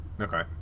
okay